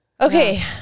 Okay